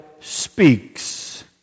speaks